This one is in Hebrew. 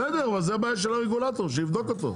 בסדר, אז זה בעיה של הרגולטור, שיבדוק אותו.